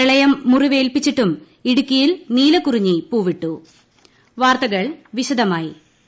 പ്രളയം മുറിവേൽപിച്ചിട്ടും ഇടുക്കിയിൽ നീലക്കുറിഞ്ഞി പൂവിട്ടു ട്ടട്ട ജെ